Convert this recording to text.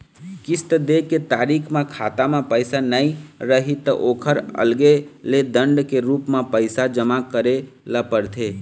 किस्त दे के तारीख म खाता म पइसा नइ रही त ओखर अलगे ले दंड के रूप म पइसा जमा करे ल परथे